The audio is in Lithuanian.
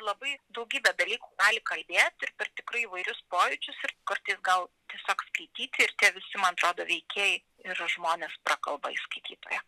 labai daugybę dalykų gali kalbėt ir per tikrai įvairius pojūčius ir kartais gal tiesiog skaityti ir tie visi man atrodo veikėjai ir žmonės prakalba į skaitytoją